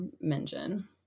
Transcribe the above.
mention